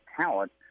talent